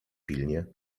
pilnie